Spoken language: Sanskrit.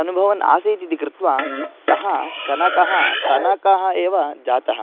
अनुभवन् आसीत् इति कृत्वा सः कनकः कनकः एव जातः